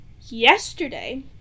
yesterday